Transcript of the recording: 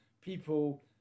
people